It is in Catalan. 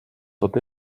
tot